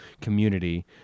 community